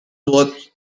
what